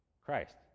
Christ